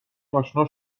اشنا